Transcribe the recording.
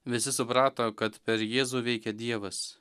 visi suprato kad per jėzų veikia dievas